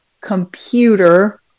computer